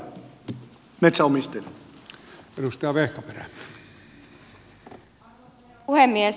arvoisa herra puhemies